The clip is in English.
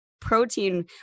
protein